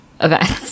events